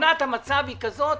תמונת המצב היא זאת,